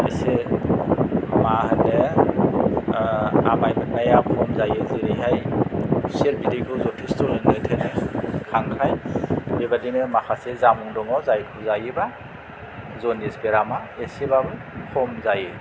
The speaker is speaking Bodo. एसे मा होनो आमाय मोननाया खम जायो जेरैहाय खुसेर बिदैखौ जथेस्थ' लोंनो थोनो खांख्राइ बेबादिनो माखासे जामुं दङ जायखौ जायोबा जन्दिस बेरामा एसेबाबो खम जायो